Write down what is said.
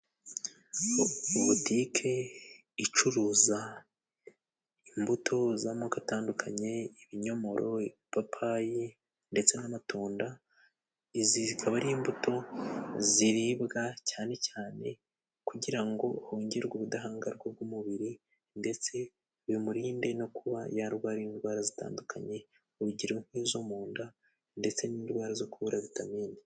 Butike icuruza imbuto z'amoko atandukanye ibinyomoro, ibipapayi ndetse n'amatunda. Izi zikaba ari imbuto ziribwa cyane cyane kugira ngo hongerwe ubudahangarwa bw'umubiri, ndetse bimurinde no kuba yarwara indwara zitandukanye urugero nk'izo mu nda ndetse n'indwara zo kubura vitamine.